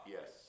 Yes